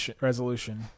resolution